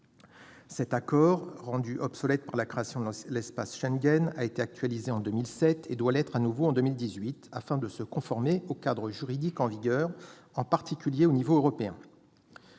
Cet accord, rendu obsolète par la création de l'espace Schengen, a été actualisé en 2007 et doit l'être de nouveau en 2018 afin de le mettre en conformité avec le cadre juridique en vigueur, en particulier au niveau européen.